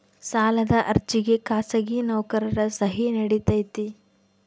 ಸಾಲದ ಅರ್ಜಿಗೆ ಖಾಸಗಿ ನೌಕರರ ಸಹಿ ನಡಿತೈತಿ?